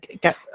get